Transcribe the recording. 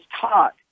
taught